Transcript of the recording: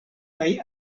kaj